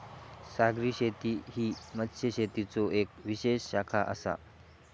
सागरी शेती ही मत्स्यशेतीचो येक विशेष शाखा आसा